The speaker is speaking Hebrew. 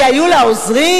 שהיו לה עוזרים,